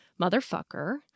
motherfucker